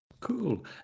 cool